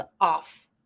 off